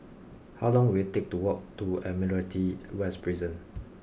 how long will it take to walk to Admiralty West Prison